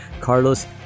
carlos